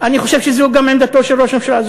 אני חושב שזו גם עמדתו של ראש הממשלה.